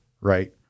right